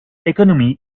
economy